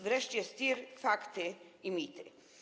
Wreszcie STIR, fakty i mity.